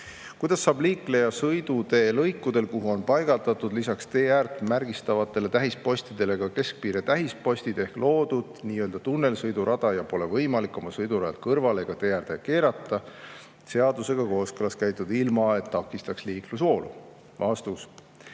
Kuidas saab liikleja sõidutee lõikudel, kuhu on paigaldatud lisaks teeäärt märgistavatele tähispostidele ka keskpiirde tähispostid ehk loodud nö tunnelsõidurada ja pole võimalik oma sõidurajalt kõrvale ega tee äärde keerata, seadusega kooskõlas käituda ilma, et takistaks liiklusvoolu?"